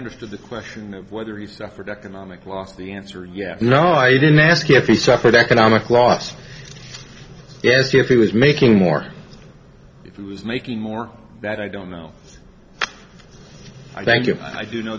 understood the question of whether he suffered economic loss the answer yeah no i didn't ask if he suffered economic loss yes if he was making more if he was making more that i don't know thank you i do know